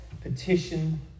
petition